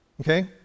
Okay